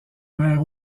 mère